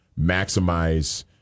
maximize